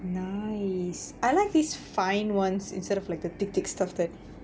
nice I like these fine ones instead of like the thick thick stuff that